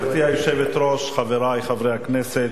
גברתי היושבת-ראש, חברי חברי הכנסת,